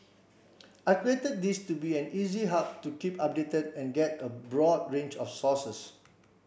I created this to be an easy hub to keep updated and get a broad range of sources